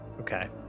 Okay